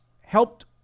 helped